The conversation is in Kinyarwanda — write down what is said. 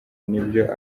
n’ibyo